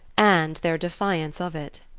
and their defiance of it.